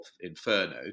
Inferno